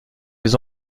les